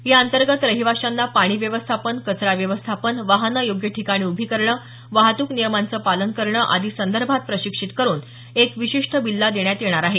या अंतर्गत रहिवाशांना पाणी व्यवस्थापन कचरा व्यवस्थापन वाहनं योग्य ठिकाणी उभी करणं वाहतुक नियमांचं पालन करणं आदी संदर्भात प्रशिक्षित करून एक विशिष्ट बिल्ला देण्यात येणार आहे